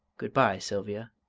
good-bye, sylvia,